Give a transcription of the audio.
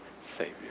Savior